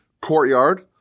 courtyard